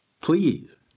please